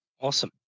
Awesome